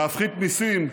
להפחית מיסים,